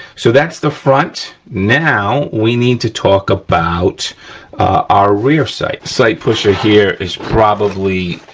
so that's the front. now we need to talk about our rear sight. sight pusher here is probably,